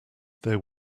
there